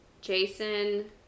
Jason